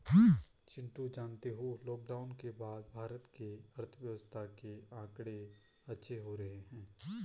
चिंटू जानते हो लॉकडाउन के बाद भारत के अर्थव्यवस्था के आंकड़े अच्छे हो रहे हैं